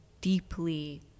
deeply